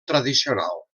tradicional